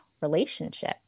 relationship